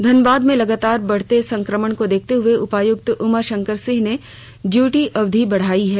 धनबाद में लगातार बढ़ते संक्रमण को देखते हुए उपायुक्त उमा शंकर सिंह ने ड्यूटी अवधि बढ़ायी है